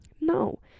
no